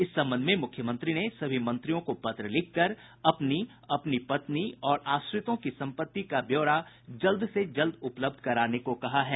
इस संबंध में मुख्यमंत्री ने सभी मंत्रियों को पत्र लिखकर अपनी अपनी पत्नी और आश्रितों की संपत्ति का ब्यौरा जल्द से जल्द उपलब्ध कराने को कहा है